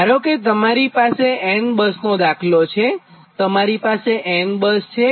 ધારો કે તમારી પાસે n બસનો દાખલો છેતમારી પાસે n બસ છે